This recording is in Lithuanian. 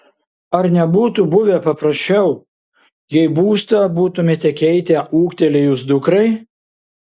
ar nebūtų buvę paprasčiau jei būstą būtumėte keitę ūgtelėjus dukrai